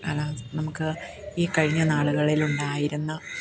കാലാവസ്ഥ നമുക്ക് ഈ കഴിഞ്ഞ നാളുകളിലുണ്ടായിരുന്ന